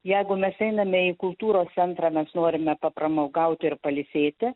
jeigu mes einame į kultūros centrą mes norime papramogauti ir pailsėti